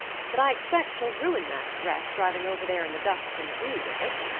but i expect she'll ruin that dress driving over there in the dust and dew with it,